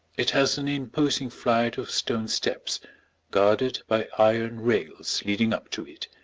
it has an imposing flight of stone steps guarded by iron rails leading up to it,